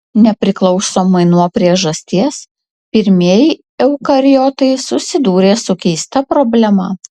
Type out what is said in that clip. nepriklausomai nuo priežasties pirmieji eukariotai susidūrė su keista problema